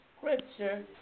scripture